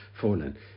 fallen